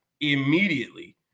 Immediately